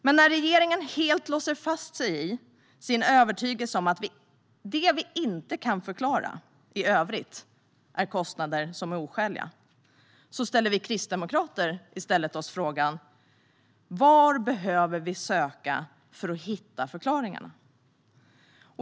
Men medan regeringen helt låser fast sig i övertygelsen att det vi inte kan förklara i övrigt är kostnader som är oskäliga ställer vi kristdemokrater oss i stället frågan: Var behöver vi söka för att hitta förklaringarna?